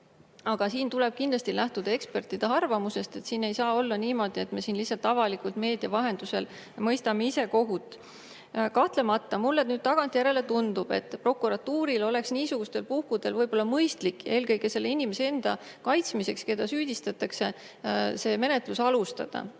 Aga siin tuleb kindlasti lähtuda ekspertide arvamusest. Siin ei saa olla niimoodi, et me lihtsalt avalikult meedia vahendusel mõistame ise kohut. Mulle nüüd tagantjärele tundub, et prokuratuuril oleks niisugustel puhkudel võib-olla mõistlik eelkõige selle inimese enda kaitsmiseks, keda süüdistatakse, seda menetlust alustada.